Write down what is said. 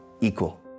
equal